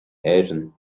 éirinn